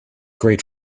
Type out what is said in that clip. great